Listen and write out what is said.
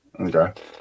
Okay